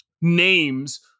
names